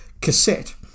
cassette